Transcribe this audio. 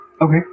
Okay